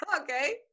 Okay